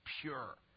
pure